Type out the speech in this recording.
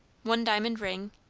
one diamond ring.